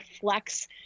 flex